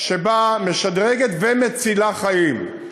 שמשדרגת ומצילה חיים.